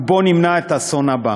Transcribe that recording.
ובואו נמנע את האסון הבא.